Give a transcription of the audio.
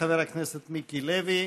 חבר הכנסת מיקי לוי.